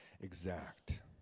exact